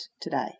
today